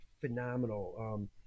phenomenal